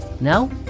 Now